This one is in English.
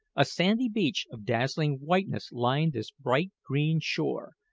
a sandy beach of dazzling whiteness lined this bright-green shore,